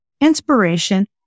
inspiration